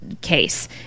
case